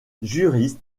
juriste